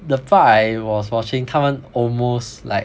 the part I was watching 他们 almost like